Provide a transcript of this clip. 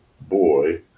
boy